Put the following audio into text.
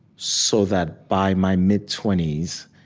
so that by my mid twenty s,